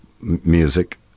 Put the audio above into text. music